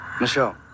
Michelle